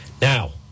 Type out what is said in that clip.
Now